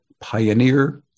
pioneer